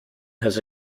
has